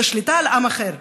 את השליטה על עם אחר,